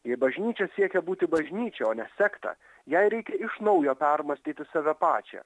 jei bažnyčia siekia būti bažnyčia o ne sekta jai reikia iš naujo permąstyti save pačią